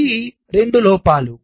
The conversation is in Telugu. ఇవి 2 లోపాలు